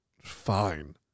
fine